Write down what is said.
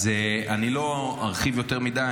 אני לא ארחיב יותר מדי.